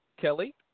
Kelly